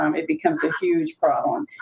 um it becomes a huge problem.